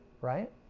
right